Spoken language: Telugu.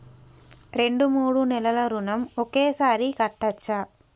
రెండు మూడు నెలల ఋణం ఒకేసారి కట్టచ్చా?